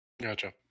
gotcha